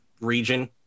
region